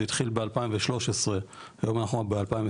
זה התחיל ב-2013, היום אנחנו ב-2023,